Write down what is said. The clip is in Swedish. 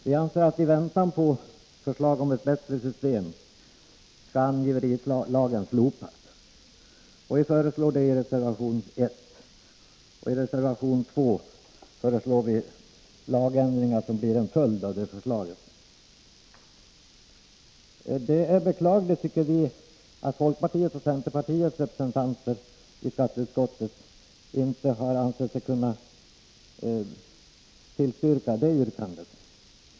Vi anser att angiverilagen kan slopas i väntan på ett bättre system, och detta föreslås i vår reservation 1. I reservation 2 föreslår vi de lagändringar som skulle bli en följd av ett förverkligande av förslaget. Vi tycker att det är beklagligt att folkpartiets och centerpartiets representanter i skatteutskottet inte har ansett sig kunna ansluta sig till yrkandet.